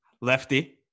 Lefty